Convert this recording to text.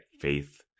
Faith